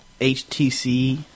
HTC